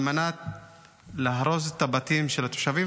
על מנת להרוס את הבתים של התושבים.